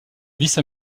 vice